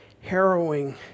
harrowing